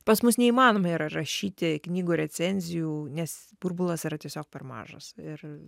pas mus neįmanoma yra rašyti knygų recenzijų nes burbulas yra tiesiog per mažas ir